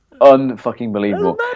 Un-fucking-believable